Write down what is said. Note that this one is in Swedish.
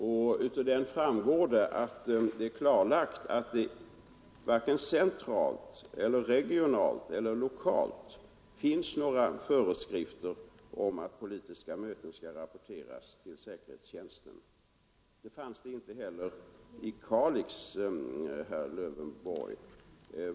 Av den framgår klart att det varken centralt, regionalt eller lokalt finns några föreskrifter om att politiska möten skall rapporteras till säkerhetstjänsten. Det fanns det inte heller i Kalix, herr Lövenborg.